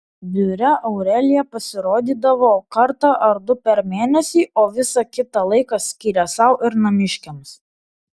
biure aurelija pasirodydavo kartą ar du per mėnesį o visą kitą laiką skyrė sau ir namiškiams